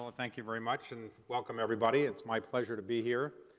ah thank you very much and welcome everybody. it's my pleasure to be here.